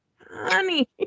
Honey